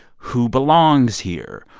who belongs here,